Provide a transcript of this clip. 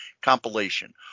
compilation